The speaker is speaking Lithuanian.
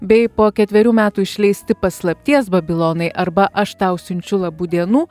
bei po ketverių metų išleisti paslapties babilonai arba aš tau siunčiu labų dienų